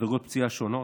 בדרגות פציעה שונות.